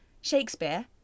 Shakespeare